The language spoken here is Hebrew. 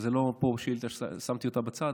שזו לא שאילתה ששמתי אותה בצד,